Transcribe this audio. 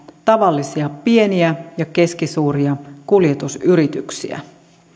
tavallisia pieniä ja keskisuuria kuljetusyrityksiä